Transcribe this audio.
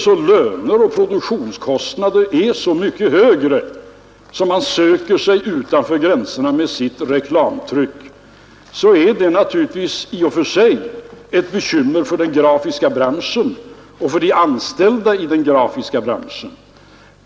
Om löner och produktionskostnader är så mycket högre här i landet att man rör sig utanför gränserna med sitt reklamtryck, är det naturligtvis i och för sig ett bekymmer för den grafiska branschen och för de anställda inom denna.